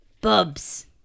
Bubs